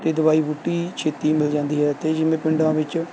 ਅਤੇ ਦਵਾਈ ਬੂਟੀ ਛੇਤੀ ਮਿਲ ਜਾਂਦੀ ਹੈ ਅਤੇ ਜਿਵੇਂ ਪਿੰਡਾਂ ਵਿੱਚ